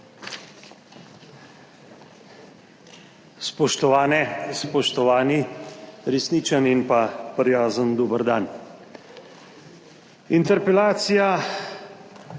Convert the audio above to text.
Spoštovane, spoštovani, resničen in pa prijazen dober dan! Interpelacija